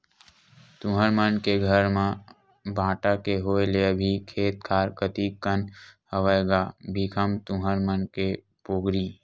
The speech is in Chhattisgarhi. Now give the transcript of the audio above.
तुँहर मन के घर म बांटा के होय ले अभी खेत खार कतिक कन हवय गा भीखम तुँहर मन के पोगरी?